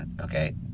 okay